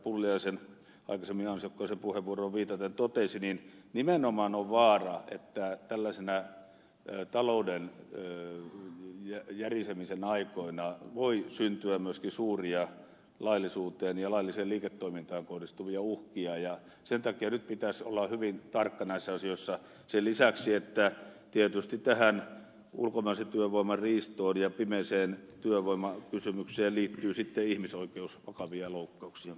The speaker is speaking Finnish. pulliaisen aikaisemmin pitämään ansiokkaaseen puheenvuoroon viitaten totesi niin nimenomaan on vaara että tällaisina talouden järisemisen aikoina voi syntyä myöskin suuria laillisuuteen ja lailliseen liiketoimintaan kohdistuvia uhkia ja sen takia nyt pitäisi olla hyvin tarkka näissä asioissa sen lisäksi että tietysti tähän ulkomaisen työvoiman riistoon ja pimeän työvoiman kysymykseen liittyy vakavia ihmisoikeusloukkauksia myöskin